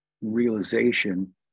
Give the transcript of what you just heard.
realization